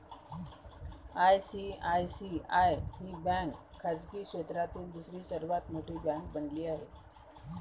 ICICI ही bank खाजगी क्षेत्रातील दुसरी सर्वात मोठी बँक बनली आहे